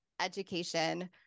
education